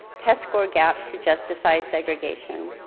test score gap to justify segregation.